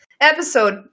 Episode